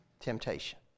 temptation